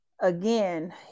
again